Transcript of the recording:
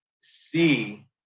see